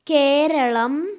Keralam